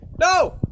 No